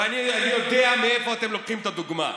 ואני יודע מאיפה אתם לוקחים את הדוגמה,